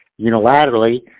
unilaterally